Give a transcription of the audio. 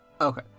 Okay